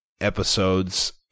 episodes